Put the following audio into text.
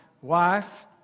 wife